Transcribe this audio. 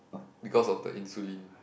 because of the insulin